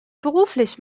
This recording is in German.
beruflich